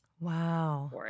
Wow